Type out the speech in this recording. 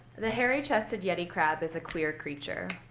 the hairy-chested yeti crab is a queer creature.